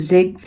Zig